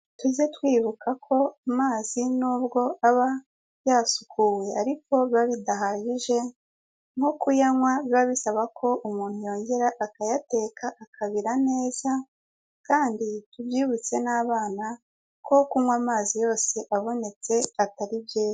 Tujye twibuka ko amazi nubwo aba yasukuwe ariko biba bidahagije, nko kuyanywa biba bisaba ko umuntu yongera akayateka akabira neza kandi tubyibutse n'abana ko kunywa amazi yose abonetse atari byiza.